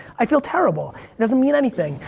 i feel terrible, it doesn't mean anything.